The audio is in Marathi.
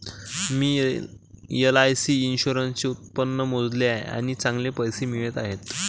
मी एल.आई.सी इन्शुरन्सचे उत्पन्न मोजले आहे आणि चांगले पैसे मिळत आहेत